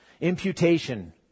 Imputation